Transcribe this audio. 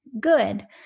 good